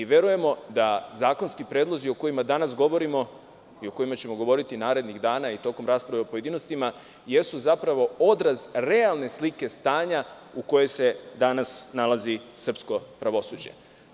Verujemo da zakonski predlozi o kojima danas govorimo i o kojima ćemo govoriti narednih dana i tokom rasprave u pojedinostima jesu zapravo odraz realne slike stanja u kojem se danas nalazi srpsko pravosuđe.